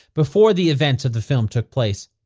before the events of the film took place.